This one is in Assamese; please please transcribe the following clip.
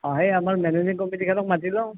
অঁ সেই আমাৰ মেনেজিং কমিটিখনক মাতি লওঁ